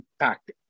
impact